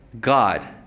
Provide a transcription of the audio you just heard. God